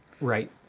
Right